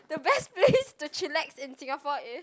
the best place to chillax in Singapore is